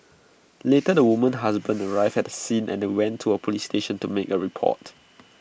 later the woman's husband arrived at the scene and they went to A Police station to make A report